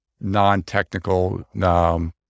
non-technical